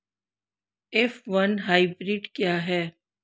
F one hybrid क्या है?